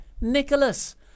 Nicholas